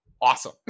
awesome